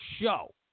show